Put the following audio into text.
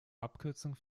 abkürzung